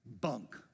bunk